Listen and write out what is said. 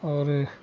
और